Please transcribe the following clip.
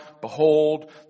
behold